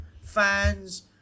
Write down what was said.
Fans